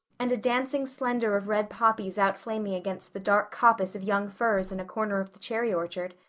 and a dancing slendor of red poppies outflaming against the dark coppice of young firs in a corner of the cherry orchard,